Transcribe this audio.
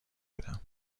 بودم